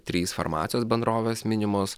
trys farmacijos bendrovės minimos